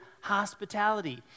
hospitality